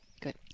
good